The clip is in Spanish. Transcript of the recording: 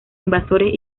invasores